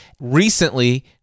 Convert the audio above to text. Recently